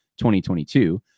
2022